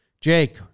Jake